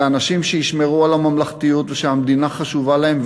זה אנשים שישמרו על הממלכתיות ושהמדינה חשובה להם,